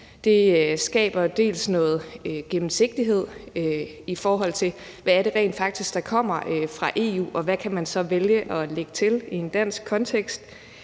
Det skaber dels noget gennemsigtighed, i forhold til hvad det rent faktisk er, der kommer fra EU, og hvad man så kan vælge at lægge til i en dansk kontekst.